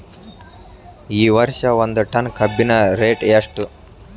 ಈ ವರ್ಷ ಒಂದ್ ಟನ್ ಕಬ್ಬಿನ ರೇಟ್ ಎಷ್ಟು?